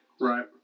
Right